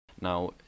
Now